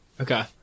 Okay